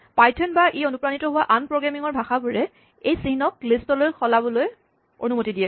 Python বা ই অনুপ্ৰাণিত হোৱা আন প্ৰগ্ৰেমিং ৰ ভাষাবোৰে এই চিহ্নক লিষ্টলৈ সলাবলৈ অনুমতি দিয়ে